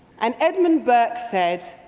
and edmund burk said,